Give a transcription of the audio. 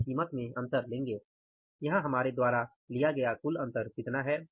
हम कीमत में अंतर लेंगे यहाँ हमारे द्वारा लिया गया कुल अंतर कितना है